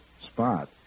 spot